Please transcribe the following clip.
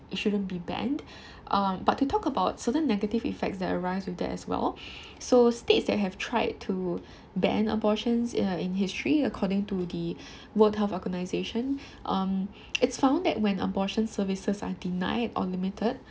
it shouldn't be banned uh but to talk about certain negative effects that arise with that as well so states that have tried to banned abortions in a in history according to the world health organisation um it's found that when abortion services are denied or limited